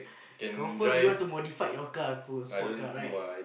confirm you want to modified your car to a sport car right